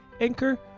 Anchor